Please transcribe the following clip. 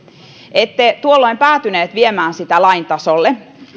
ette tuolloin päätyneet viemään sitä lain tasolle